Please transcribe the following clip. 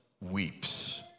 weeps